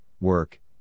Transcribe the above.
work